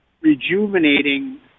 rejuvenating